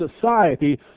society